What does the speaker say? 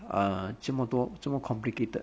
uh 这么多这么 complicated